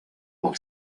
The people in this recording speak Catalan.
pel